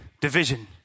division